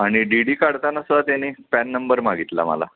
आणि D D काढताना सुद्धा त्यांनी पॅन नंबर मागितला मला